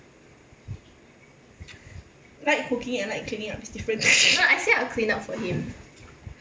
like cooking and like cleaning up is different